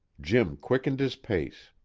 jim quickened his pace.